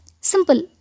Simple